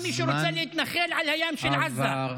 כל מי שרוצה להתנחל על הים של עזה.